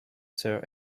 sir